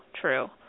true